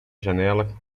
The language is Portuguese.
janela